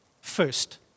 first